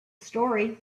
story